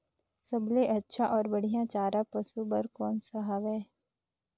सबले अच्छा अउ बढ़िया चारा पशु बर कोन सा हवय?